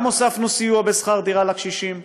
גם הוספנו סיוע בשכר דירה לקשישים,